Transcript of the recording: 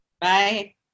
Bye